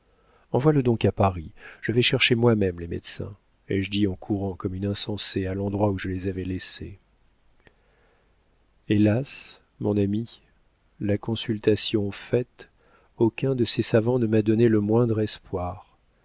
meurs envoie le donc à paris je vais chercher moi-même les médecins ai-je dit en courant comme une insensée à l'endroit où je les avais laissés hélas mon ami la consultation faite aucun de ces savants ne m'a donné le moindre espoir